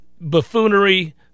buffoonery